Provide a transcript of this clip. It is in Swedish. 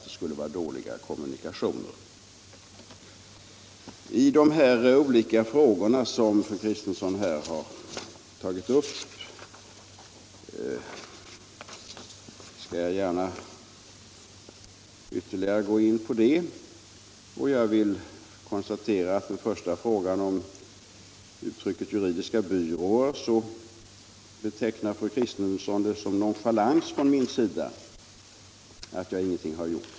Jag skall gärna gå ytterligare in på olika frågor som fru Kristensson har tagit upp. Beträffande frågan om uttrycket ”juridisk byrå” betecknar fru Kristensson det som nonchalans från min sida att jag ingenting har gjort.